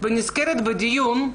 ונזכרת בדיון,